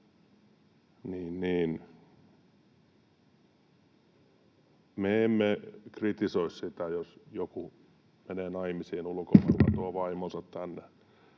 Me emme kritisoi sitä, jos joku menee naimisiin ulkomailla, tuo vaimonsa tänne,